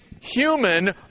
human